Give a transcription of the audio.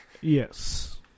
yes